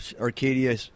arcadia